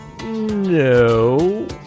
No